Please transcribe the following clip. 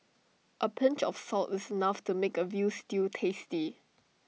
A pinch of salt is enough to make A Veal Stew tasty